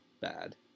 bad